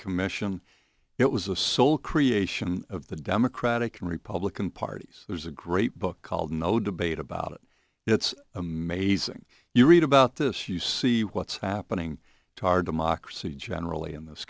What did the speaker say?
commission it was a sole creation of the democratic and republican parties there's a great book called no debate about it it's amazing you read about this you see what's happening to our democracy generally in this